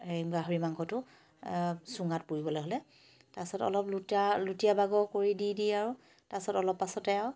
হেৰি গাহৰি মাংসটো চুঙাত পুৰিবলৈ হ'লে তাৰপিছত অলপ লুটা লুটিয়া বাগৰ কৰি দি দি আৰু তাৰপিছত অলপ পাছতে আৰু